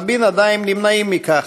רבים עדיין נמנעים מכך,